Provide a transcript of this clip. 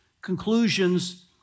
conclusions